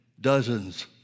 dozens